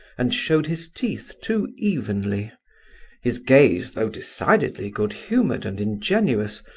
and showed his teeth too evenly his gaze though decidedly good-humoured and ingenuous,